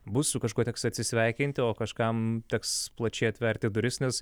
bus su kažkuo teks atsisveikinti o kažkam teks plačiai atverti duris nes